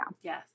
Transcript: Yes